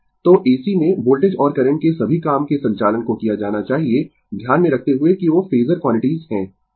तो AC में voltage और करंट के सभी काम के संचालन को किया जाना चाहिए ध्यान में रखते हुए कि वो फेजर क्वांटिटीस है